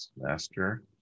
Master